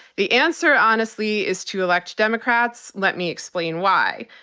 the answer, honestly, is to elect democrats. let me explain why.